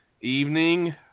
evening